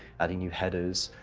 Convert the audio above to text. adding new headers.